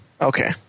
Okay